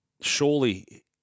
Surely